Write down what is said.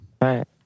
Right